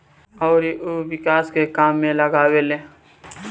अउरी उ विकास के काम में लगावेले